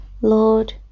Lord